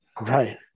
right